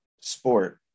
sport